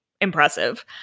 impressive